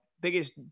biggest